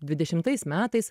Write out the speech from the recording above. dvidešimtais metais